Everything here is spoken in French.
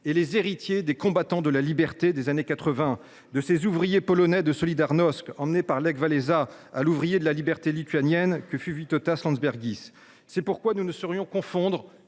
et ceux des combattants pour la liberté des années 1980, des ouvriers polonais de Solidarnosc emmenés par Lech Walesa à l’ouvrier de la liberté lituanienne que fut Vytautas Landsbergis. C’est pourquoi nous ne saurions confondre